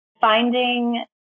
finding